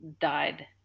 died